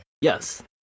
Yes